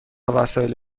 وسایل